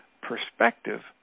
perspective